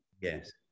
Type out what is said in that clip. yes